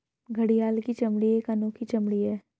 घड़ियाल की चमड़ी एक अनोखी चमड़ी है